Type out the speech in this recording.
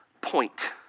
point